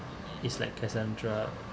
it's like cassandra